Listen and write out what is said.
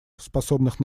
способных